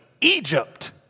Egypt